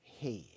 head